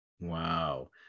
Wow